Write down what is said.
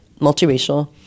multiracial